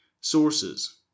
Sources